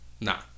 Nah